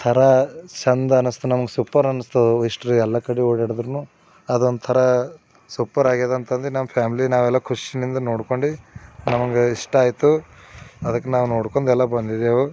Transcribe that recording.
ಥರ ಚೆಂದ ಅನ್ನಿಸ್ತು ನಮಗೆ ಸೂಪರ್ ಅನ್ನಿಸ್ತು ಇಸ್ಟ್ರಿ ಎಲ್ಲ ಕಡೆ ಓಡಾಡಿದ್ರೂನು ಅದೊಂಥರ ಸೂಪರ್ ಆಗ್ಯದ ಅಂತಂದು ನಮ್ಮ ಫ್ಯಾಮ್ಲಿ ನಾವೆಲ್ಲ ಖುಷಿಯಿಂದ ನೋಡ್ಕೊಂಡು ನಮಗೆ ಇಷ್ಟ ಆಯಿತು ಅದಕ್ಕೆ ನಾವು ನೋಡ್ಕೊಂಡು ಎಲ್ಲ ಬಂದಿದ್ದೆವು